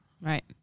Right